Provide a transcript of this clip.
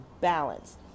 balance